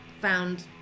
found